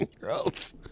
girls